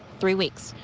three weeks.